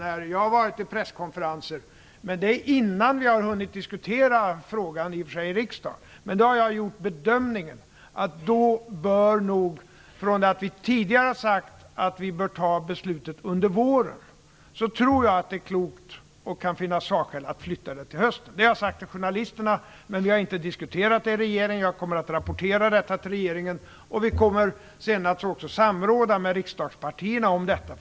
Vi har tidigare sagt att vi bör fatta beslut under våren, men jag gör nu den bedömningen att sakskäl talar för att det är klokt att flytta det till hösten. Jag har sagt det till journalisterna, även om vi inte har hunnit diskutera frågan i riksdagen. Vi har inte diskuterat det i regeringen, men jag kommer att rapportera till regeringen. Vi kommer sedan också att samråda med riksdagspartierna om detta.